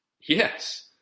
Yes